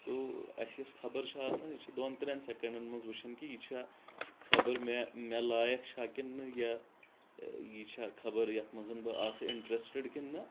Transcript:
تو اسہِ یۄس خبر چھِ آسان یہِ چھِ دۄن ترٛٮ۪ن سیکنڈن منٛز وٕچھان کہِ یہِ چھا مےٚ مےٚ لایق چھا کِنہٕ نہٕ یا یہِ چھا خبر یتھ منٛزن بہٕ آسہٕ انٹرسٹڈ کنہِ نہ